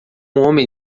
homem